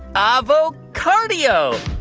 avo-cardio